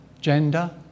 gender